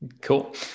Cool